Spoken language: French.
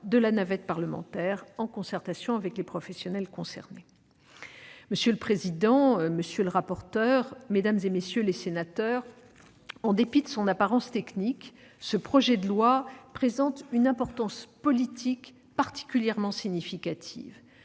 de la navette parlementaire, en concertation avec les professionnels concernés. Monsieur le président, monsieur le rapporteur, mesdames, messieurs les sénateurs, en dépit de son apparence technique, ce projet de loi présente une importance politique particulièrement significative